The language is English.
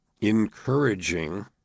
encouraging